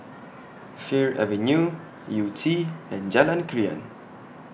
Fir Avenue Yew Tee and Jalan Krian